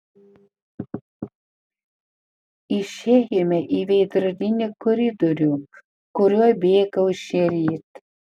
išėjome į veidrodinį koridorių kuriuo bėgau šįryt